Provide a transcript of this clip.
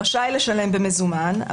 רשאי לשלם במזומן,